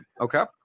okay